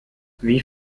wie